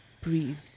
breathe